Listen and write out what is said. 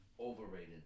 Overrated